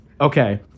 Okay